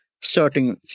certain